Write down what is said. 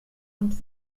und